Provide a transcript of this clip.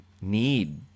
need